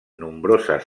nombroses